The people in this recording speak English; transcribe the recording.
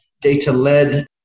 data-led